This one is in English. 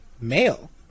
male